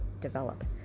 develop